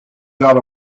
got